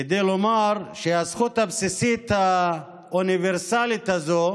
כדי לומר שהזכות הבסיסית האוניברסלית הזאת